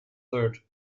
third